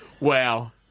Wow